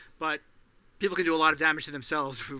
but people can do a lot of damage to themselves